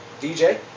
DJ